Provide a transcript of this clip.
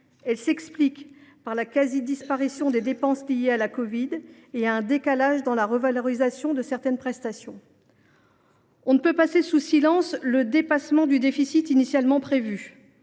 elle s’explique par la quasi disparition des dépenses liées à la covid 19 et à un décalage dans la revalorisation de certaines prestations. On ne saurait passer sous silence le dépassement du déficit initialement prévu.